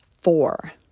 four